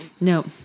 No